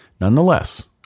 Nonetheless